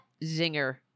zinger